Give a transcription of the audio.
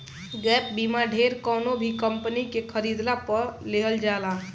gap बीमा ढेर कवनो भी कंपनी के खरीदला पअ लेहल जाला